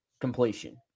completion